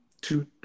two